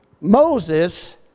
Moses